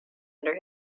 under